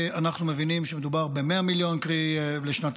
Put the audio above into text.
אנחנו מבינים שמדובר ב-100 מיליון לשנתיים,